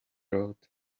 road